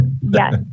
Yes